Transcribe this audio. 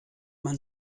man